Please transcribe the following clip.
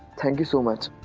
thank you so much.